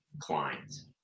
clients